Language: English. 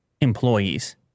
employees